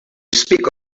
speak